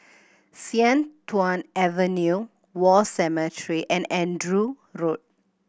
Sian Tuan Avenue War Cemetery and Andrew Road